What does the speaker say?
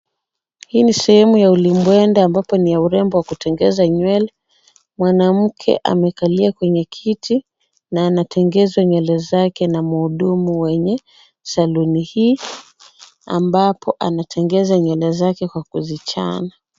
Hii ni sehemu ya ulimbwende ambapo ya urembo ya kutengeneza nywele. Mwanamke amekalia kwenye kiti na anatengenezwa nywele zake na mhudumu wa saluni hii ambapo anatengeza nywele zake kwa kuzichana.